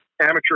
amateur